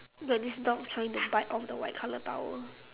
got this dog trying to bite off the white colour towel